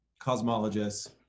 cosmologists